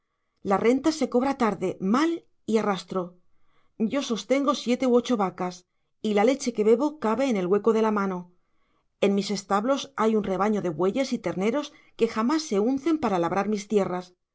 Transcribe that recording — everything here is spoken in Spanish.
la renta se cobra tarde mal y arrastro yo sostengo siete u ocho vacas y la leche que bebo cabe en el hueco de la mano en mis establos hay un rebaño de bueyes y terneros que jamás se uncen para labrar mis tierras